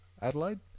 Adelaide